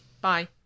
Bye